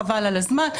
חבל על הזמן.